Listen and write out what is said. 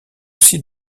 aussi